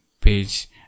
page